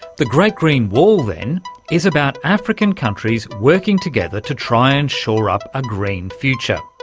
the great green wall then is about african countries working together to try and shore up a green future,